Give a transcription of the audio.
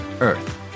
earth